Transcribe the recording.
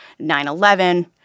9-11